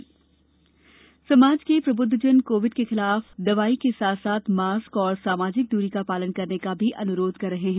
जन आंदोलन समाज के प्रबुद्धजन कोविड के खिलाफ दवाई के साथ साथ मास्क और सामाजिक दूरी का पालन करने का भी अनुरोध कर रहे है